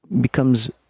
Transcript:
becomes